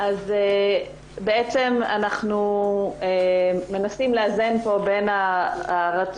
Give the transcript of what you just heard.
אז אנחנו מנסים לאזן פה בין הרצון,